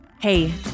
Hey